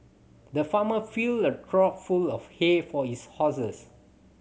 the farmer filled a trough full of hay for his horses